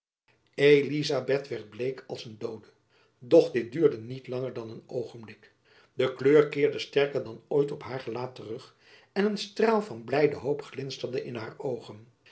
elizabeth werd bleek als een doode doch dit duurde niet langer dan een oogenblik de kleur keerde sterker dan ooit op haar gelaat terug en een straal van blijde hoop glinsterde in haar oogen